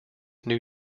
new